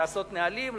לעשות נהלים,